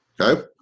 Okay